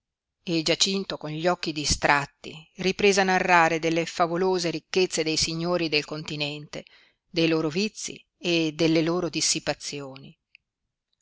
e giacinto con gli occhi distratti riprese a narrare delle favolose ricchezze dei signori del continente dei loro vizi e delle loro dissipazioni